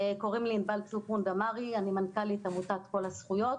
אני מנכ"לית עמותת "כל הזכויות".